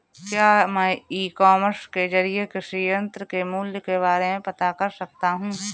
क्या मैं e commerce के ज़रिए कृषि यंत्र के मूल्य के बारे में पता कर सकता हूँ?